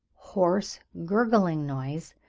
hoarse, gurgling noise,